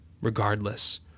regardless